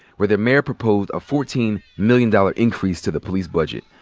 where their mayor proposed a fourteen million dollar increase to the police budget.